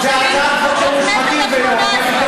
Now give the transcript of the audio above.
זו הצעת חוק של מושחתים ולא מושחתים,